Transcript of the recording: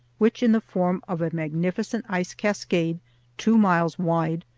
which, in the form of a magnificent ice-cascade two miles wide,